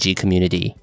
community